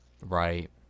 Right